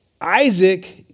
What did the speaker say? Isaac